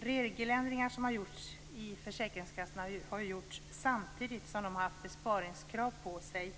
Regeländringar som har gjorts i försäkringskassorna har ju gjorts samtidigt som de har haft besparingskrav på sig.